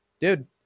dude